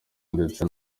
ndetse